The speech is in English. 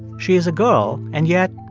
she is a girl, and yet,